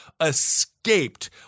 escaped